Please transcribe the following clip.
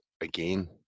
again